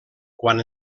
quan